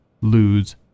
lose